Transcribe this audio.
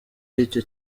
icyo